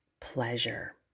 Pleasure